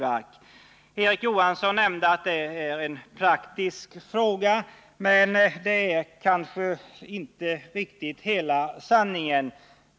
Erik Johansson nämnde att detta är en praktisk fråga, men det är kanske inte riktigt hela sanningen.